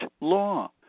law